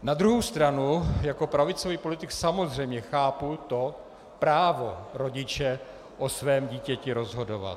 Na druhou stranu jako pravicový politik samozřejmě chápu právo rodiče o svém dítěti rozhodovat.